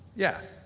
yeah.